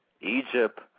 Egypt